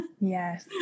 Yes